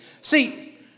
See